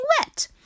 wet